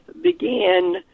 began